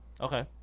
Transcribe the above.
okay